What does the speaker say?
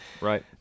Right